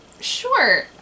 Sure